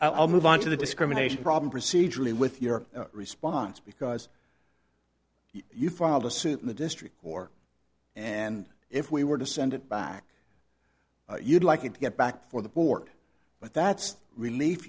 i'll move on to the discrimination problem procedurally with your response because you filed a suit in the district or and if we were to send it back you'd like it to get back before the board but that's a relief